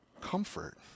comfort